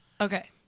Okay